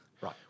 Right